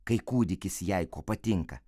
kai kūdikis jai patinka